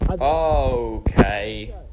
Okay